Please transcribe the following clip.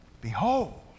behold